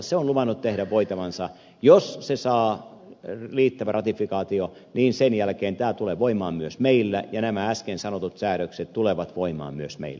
se on luvannut tehdä voitavansa jos se saa riittävän ratifikaation ja sen jälkeen tämä tulee voimaan myös meillä ja nämä äsken sanotut säädökset tulevat voimaan myös meillä